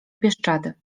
bieszczady